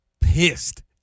pissed